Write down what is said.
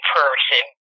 person